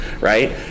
right